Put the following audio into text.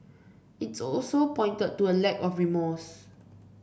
its also pointed to a lack of remorse